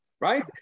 right